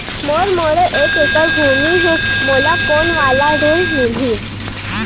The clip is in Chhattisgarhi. मोर मेर एक एकड़ भुमि हे मोला कोन वाला ऋण मिलही?